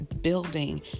building